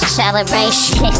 celebration